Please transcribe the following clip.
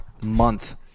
month